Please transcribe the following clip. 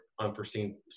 unforeseen